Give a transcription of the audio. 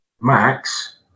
Max